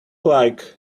like